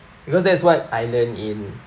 because that is what I learn in